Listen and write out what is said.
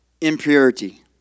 impurity